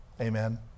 Amen